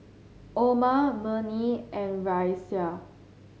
Omar Murni and Raisya